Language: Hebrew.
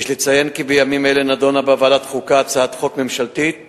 יש לציין כי בימים אלה נדונה בוועדת החוקה הצעת חוק ממשלתית